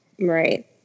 right